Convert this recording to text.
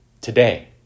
today